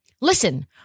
listen